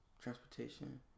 transportation